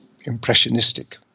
impressionistic